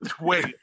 Wait